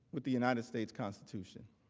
with the united states constitution.